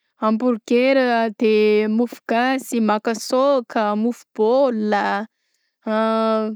hamburger, de mofogasy, makasôka, mofobôla an.